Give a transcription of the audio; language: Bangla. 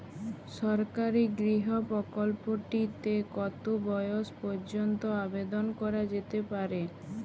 সরকারি গৃহ প্রকল্পটি তে কত বয়স পর্যন্ত আবেদন করা যেতে পারে?